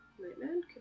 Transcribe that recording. Nightman